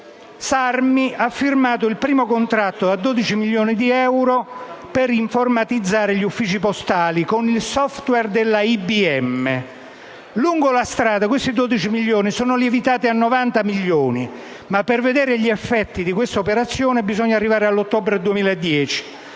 Sarmi ha firmato il primo contratto a 12 milioni di euro per informatizzare gli uffici postali con il *software* della IBM. Lungo la strada i 12 milioni sono lievitati a 90 milioni ma, per vedere gli effetti di detta operazione, bisogna arrivare all'ottobre 2010.